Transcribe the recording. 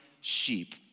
sheep